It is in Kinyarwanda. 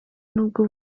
nubwo